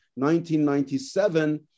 1997